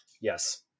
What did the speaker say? Yes